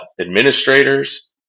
administrators